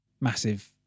massive